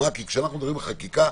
כי כשאנחנו מדברים על חקיקה,